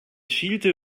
schielte